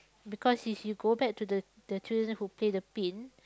because is you go back to the the children who play the pin